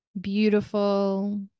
beautiful